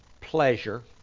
pleasure